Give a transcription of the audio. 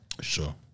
Sure